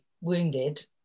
wounded